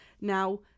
Now